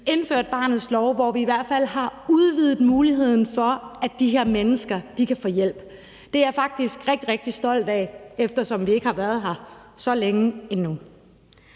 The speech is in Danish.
indført barnets lov, hvor vi i hvert fald har udvidet muligheden for, at de her mennesker kan få hjælp. Det er jeg faktisk rigtig, rigtig stolt af, eftersom vi ikke har været her så længe endnu.